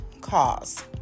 cause